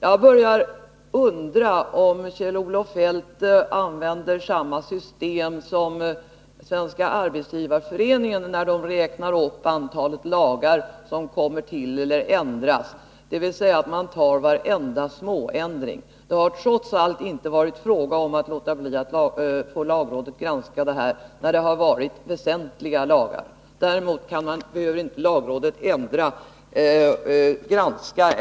Jag börjar undra om Kjell-Olof Feldt använder samma system som Svenska arbetsgivareföreningen, när man där räknar upp antalet lagar som kommer till eller ändras, dvs. tar med varenda småändring. 13 Det har trots allt inte varit fråga om att låta bli att låta lagrådet granska några förslag när det har varit väsentliga lagar. Däremot behöver inte lagrådet granskat.ex.